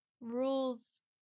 rules